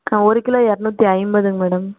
ஆ ஒரு கிலோ இரநூத்தி ஐம்பதுங்க மேடம்